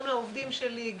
גם לעובדים שלי,